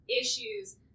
issues